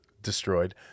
destroyed